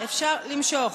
אפשר למשוך.